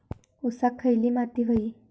ऊसाक खयली माती व्हयी?